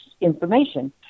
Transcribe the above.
information